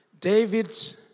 David